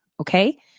Okay